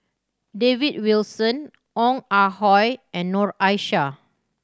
David Wilson Ong Ah Hoi and Noor Aishah